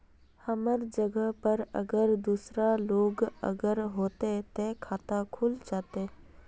हमर जगह पर अगर दूसरा लोग अगर ऐते ते खाता खुल जते?